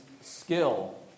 skill